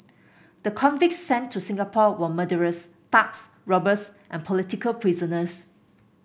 the convicts sent to Singapore were murderers thugs robbers and political prisoners